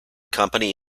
company